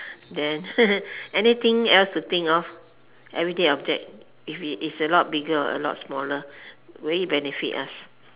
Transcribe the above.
then anything else to think of everyday object if is if a lot bigger or a lot smaller will it benefit us